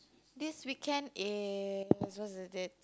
this weekend is what's the date